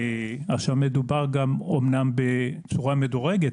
אמנם מדובר בצורה מדורגת,